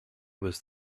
was